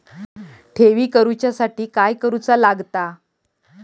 ठेवी करूच्या साठी काय करूचा लागता?